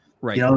Right